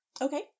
Okay